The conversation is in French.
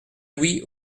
louis